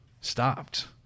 stopped